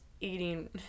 eating